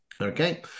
Okay